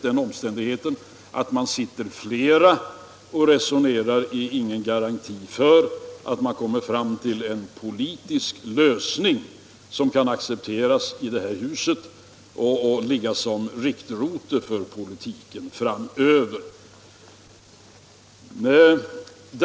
Den omständigheten att man sitter flera och resonerar är ingen garanti för att man kommer fram till en politisk lösning som kan accepteras i det här huset och vara riktrote för politiken framöver.